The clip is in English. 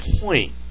point